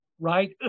right